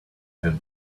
have